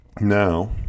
Now